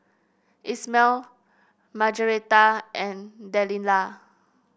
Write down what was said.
Ismael Margaretta and Delilah